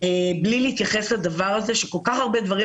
בלי להתייחס לדבר הזה כשכל כך הרבה דברים